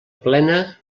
plena